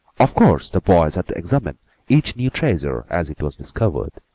of course the boys had to examine each new treasure as it was discovered.